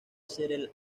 ser